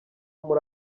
muri